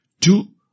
Two